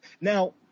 Now